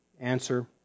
Answer